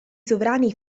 sovrani